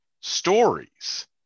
stories